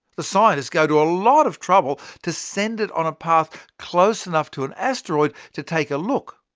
the scientists go to a lot of trouble to send it on a path close enough to an asteroid to take a look.